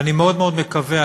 ואני מאוד מאוד מקווה,